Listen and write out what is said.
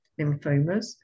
lymphomas